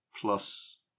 plus